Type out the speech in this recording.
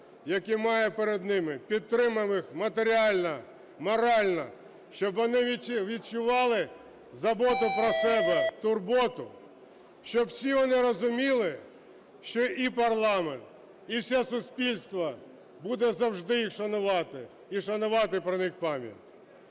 які має перед ними, підтримаємо їх матеріально, морально, щоб вони відчували заботу про себе, турботу, щоб всі вони розуміли, що і парламент, і все суспільство буде завжди їх шанувати, і шанувати про них пам'ять.